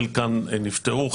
חלקן נפתרו,